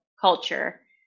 culture